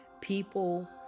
people